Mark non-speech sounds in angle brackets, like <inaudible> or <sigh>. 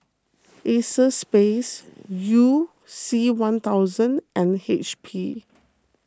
Acexspades you C one thousand and H P <noise>